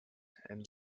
and